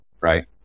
right